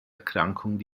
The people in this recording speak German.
erkrankung